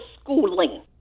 schooling